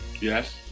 Yes